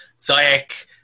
Zayek